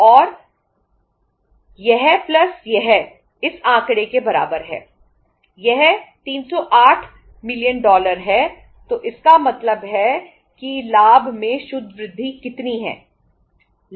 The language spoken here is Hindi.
तो इसका मतलब है कि लाभ में शुद्ध वृद्धि कितनी है